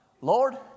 Lord